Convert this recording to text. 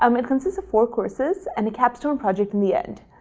um it consists of four courses and the capstone project in the end.